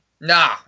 Nah